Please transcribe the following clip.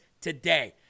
today